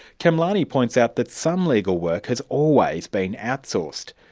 kamlani points out that some legal work has always been outsourced,